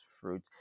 fruit